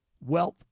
wealth